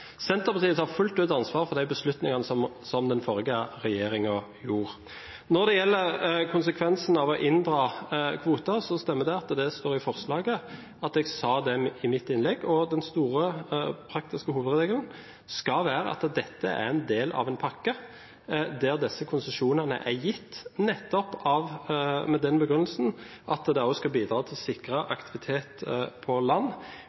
Senterpartiet tar fullt ut ansvar for de beslutningene som den forrige regjeringen gjorde. Når det gjelder konsekvensen av å inndra kvoter, stemmer det at det står i forslaget, og at jeg sa det i mitt innlegg. Og den store, praktiske hovedregelen skal være at dette er en del av en pakke, der disse konsesjonene er gitt nettopp med den begrunnelsen at det også skal bidra til å sikre aktivitet på land.